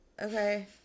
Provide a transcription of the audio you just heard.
Okay